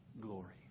glory